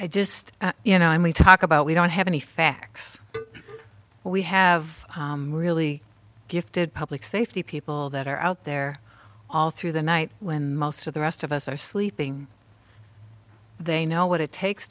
i just you know i'm we talk about we don't have any facts we have really gifted public safety people that are out there all through the night when most of the rest of us are sleeping they know what it takes